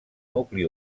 nucli